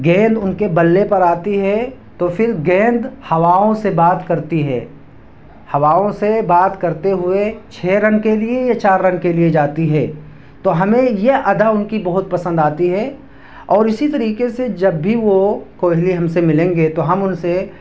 گیند ان کے بلے پر آتی ہے تو پھر گیند ہواؤں سے بات کرتی ہے ہواؤں سے بات کرتے ہوئے چھ رن کے لیے یا چار رن کے لیے جاتی ہے تو ہمیں یہ ادا ان کی بہت پسند آتی ہے اور اسی طریقے سے جب بھی وہ کوہلی ہم سے ملیں گے تو ہم ان سے